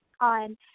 on